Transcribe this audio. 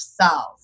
cells